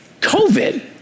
COVID